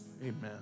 Amen